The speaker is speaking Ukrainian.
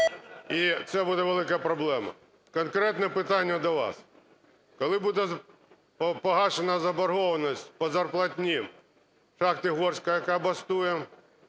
І це буде велика проблема. Конкретне питання до вас. Коли буде погашена заборгованість по зарплатні шахти "Горська", яка бастує?